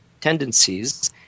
tendencies